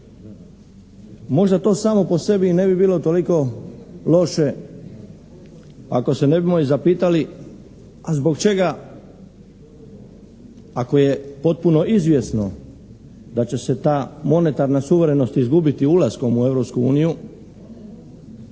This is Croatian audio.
Možda to samo po sebi i ne bi bilo toliko loše ako se ne bi zapitali a zbog čega, ako je potpuno izvjesno da će se ta monetarna suverenost izgubiti ulaskom u